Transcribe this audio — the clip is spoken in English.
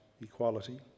Equality